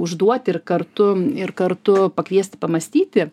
užduoti ir kartu ir kartu pakviesti pamąstyti